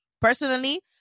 Personally